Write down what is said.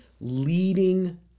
leading